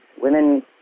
Women